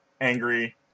angry